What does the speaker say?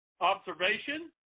observation